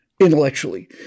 intellectually